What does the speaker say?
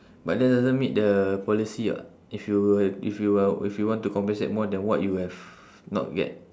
but that doesn't meet the policy [what] if you if you are if you want to compensate more than what you have not get